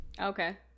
okay